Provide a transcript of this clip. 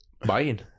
buying